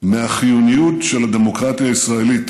מהחיוניות של הדמוקרטיה הישראלית,